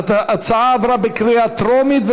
ההצעה עברה בקריאה טרומית,